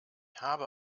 habe